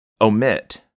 omit